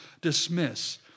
dismiss